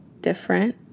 different